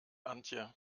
antje